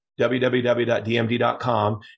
www.dmd.com